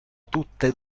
tutte